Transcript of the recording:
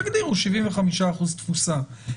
תגדירו 75 אחוז תפוסה,